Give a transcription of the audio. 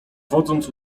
wodząc